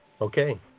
Okay